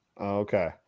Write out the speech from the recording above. Okay